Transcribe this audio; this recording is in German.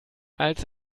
als